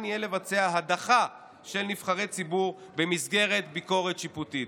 יהיה לבצע הדחה של נבחרי ציבור במסגרת ביקורת שיפוטית.